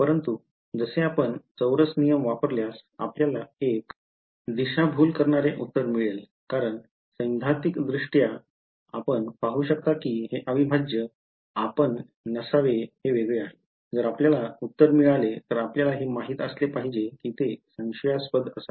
परंतु जसे आपण चौरस नियम वापरल्यास आपल्याला एक दिशाभूल करणारे उत्तर मिळेल कारण सैद्धांतिकदृष्ट्या आपण पाहू शकता की हे अविभाज्य आपण नसावे हे वेगळे आहे जर आपल्याला उत्तर मिळाले तर आपल्याला हे माहित असले पाहिजे की ते संशयास्पद असावे